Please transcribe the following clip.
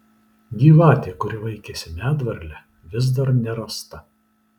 gyvatė kuri vaikėsi medvarlę vis dar nerasta